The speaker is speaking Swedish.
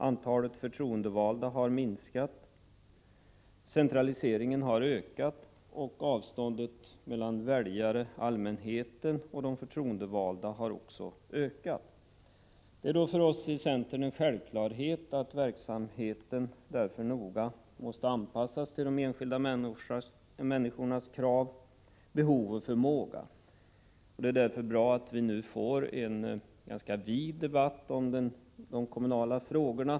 Antalet förtroendevalda har minskat, centraliseringen har ökat och avståndet mellan väljare-allmänhet och de förtroendevalda har också ökat. Det är då för oss i centern en självklarhet att verksamheten noga måste anpassas till de enskilda människornas krav, behov och förmåga. Det är därför bra att vi nu får en ganska vid debatt om de kommunala frågorna.